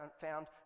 found